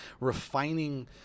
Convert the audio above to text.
refining